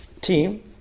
team